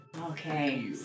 Okay